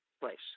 place